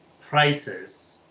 prices